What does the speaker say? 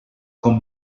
com